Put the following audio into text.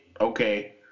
okay